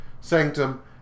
sanctum